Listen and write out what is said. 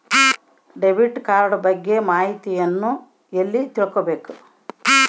Debit card ಬಗ್ಗೆ ಮಾಹಿತಿಯನ್ನ ಎಲ್ಲಿ ತಿಳ್ಕೊಬೇಕು?